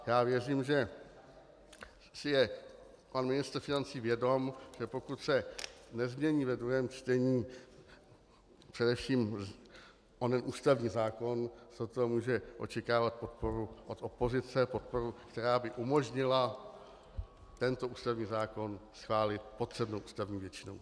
Věřím, že si je pan ministr financí vědom, že pokud se nezmění ve druhém čtení především onen ústavní zákon, sotva může očekávat podporu od opozice, podporu, která by umožnila tento ústavní zákon schválit potřebnou ústavní většinou.